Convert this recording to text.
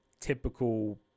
typical